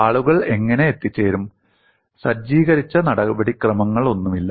ആളുകൾ എങ്ങനെ എത്തിച്ചേരും സജ്ജീകരിച്ച നടപടിക്രമങ്ങളൊന്നുമില്ല